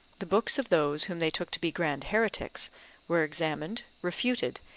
the books of those whom they took to be grand heretics were examined, refuted,